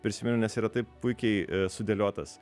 prisiminiau nes yra taip puikiai sudėliotas